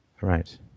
Right